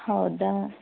ಹೌದಾ